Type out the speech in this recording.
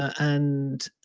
and